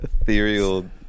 ethereal